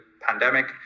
pandemic